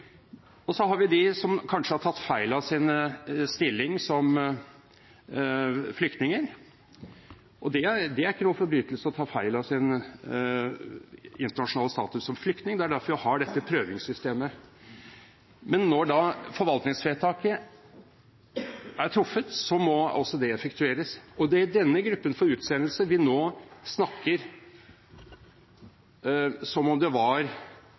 selvfølgelig. Så har vi dem som kanskje har tatt feil av sin stilling som flyktninger. Det er ikke noen forbrytelse å ta feil av sin internasjonale status som flyktning. Det er derfor vi har dette prøvingssystemet. Men når forvaltningsvedtaket er truffet, må det effektueres. Og det er denne gruppen for utsendelse vi nå snakker om som om det var